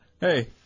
Hey